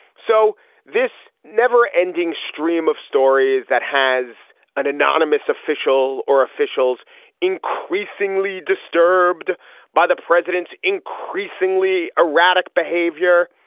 so this never ending stream of stories that has an anonymous official or officials increasingly disturbed by the president's increasingly erratic behavior.